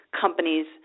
companies